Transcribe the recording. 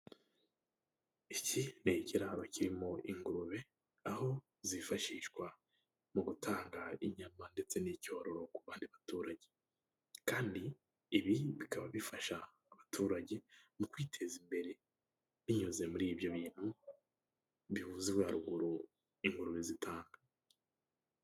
Iki ni ikiraro kirimo ingurube aho zifashishwa mu gutanga inyama ndetse n'icyororo ku bandi baturage. Kandi ibi bikaba bifasha abaturage mu kwiteza imbere binyuze muri ibyo bintu bihuzwe haruguru ingurube zitanga.